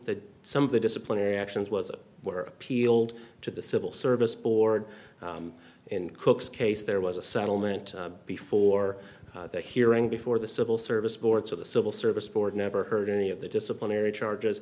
that some of the disciplinary actions was were appealed to the civil service board in cook's case there was a settlement before the hearing before the civil service board so the civil service board never heard any of the disciplinary charges